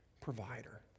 provider